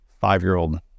five-year-old